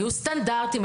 היו סטנדרטים,